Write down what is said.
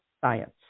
science